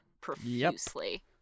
profusely